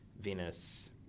Venus